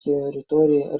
территории